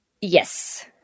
Yes